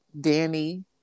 Danny